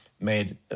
made